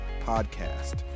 podcast